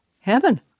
heaven